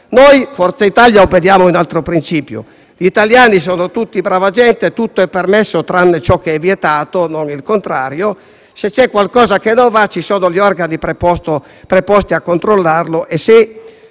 Noi di Forza Italia obbediamo a un altro principio: gli italiani sono tutti brava gente; tutto è permesso, tranne ciò che è vietato e non il contrario; se c'è qualcosa che non va, ci sono gli organi preposti a controllare e se